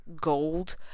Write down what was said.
gold